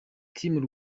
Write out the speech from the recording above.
team